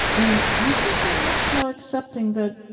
and i think i'm much more accepting that,